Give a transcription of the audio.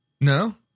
No